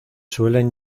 suelen